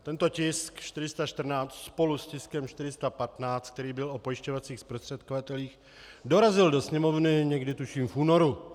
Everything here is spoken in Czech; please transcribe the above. Tento tisk 414 spolu s tiskem 415, který byl o pojišťovacích zprostředkovatelích, dorazil do Sněmovny někdy, tuším, v únoru.